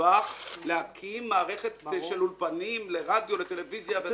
מסובך להקים מערכת של אולפנים לרדיו ולטלוויזיה.